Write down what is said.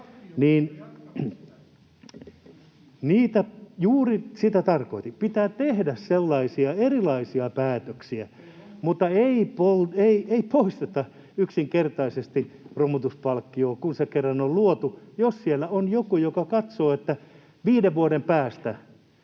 — Juuri sitä tarkoitin, pitää tehdä sellaisia erilaisia päätöksiä, [Toimi Kankaanniemi: Ei romutusta!] mutta ei poisteta yksinkertaisesti romutuspalkkiota, kun se kerran on luotu, jos siellä on joku, joka katsoo, että viiden vuoden päästä